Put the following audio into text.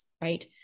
right